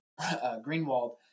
Greenwald